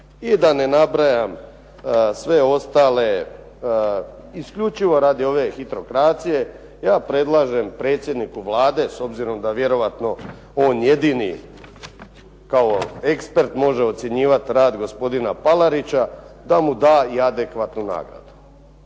i da ne nabrajam sve ostale isključivo radi ove hitrokracije ja predlažem predsjedniku Vlade s obzirom da vjerojatno on jedini kao ekspert može ocjenjivati rad gospodina Palarića da mu da i adekvatnu nagradu.